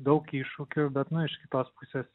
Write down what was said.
daug iššūkių bet nu iš kitos pusės